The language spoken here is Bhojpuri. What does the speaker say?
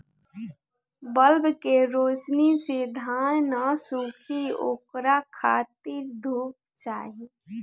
बल्ब के रौशनी से धान न सुखी ओकरा खातिर धूप चाही